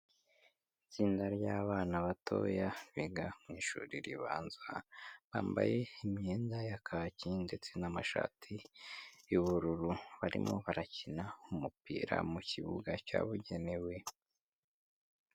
Itsinda ry'abana batoya biga mu ishuri ribanza, bambaye imyenda ya kaki ndetse n'amashati y'ubururu, barimo barakina umupira mu kibuga cyabugenewe.